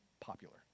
popular